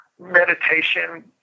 Meditation